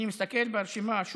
אני מסתכל שוב ברשימה: